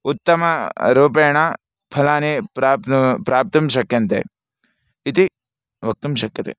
उत्तमं रूपेण फलानि प्राप्तुं प्राप्तुं शक्यन्ते इति वक्तुं शक्यते